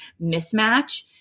mismatch